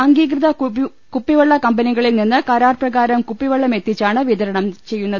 അംഗീകൃത കുപ്പിവെള്ള കമ്പനികളിൽ നിന്ന് കരാർ പ്രകാരം കുപ്പിവെള്ളം എത്തിച്ചാണ് വിതരണം ചെയ്യുന്നത്